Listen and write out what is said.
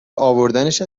اوردنش